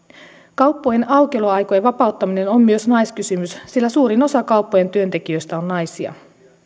kauppojen aukioloaikojen vapauttaminen on myös naiskysymys sillä suurin osa kauppojen työntekijöistä on naisia